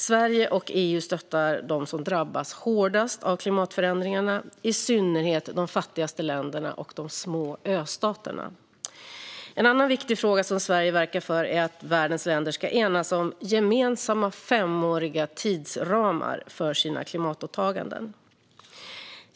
Sverige och EU stöttar dem som drabbas hårdast av klimatförändringarna, i synnerhet de fattigaste länderna och de små östaterna. En annan viktig fråga som Sverige verkar för är att världens länder ska enas om gemensamma femåriga tidsramar för sina klimatåtaganden.